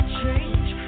change